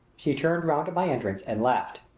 she turned round at my entrance and laughed.